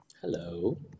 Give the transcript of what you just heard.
Hello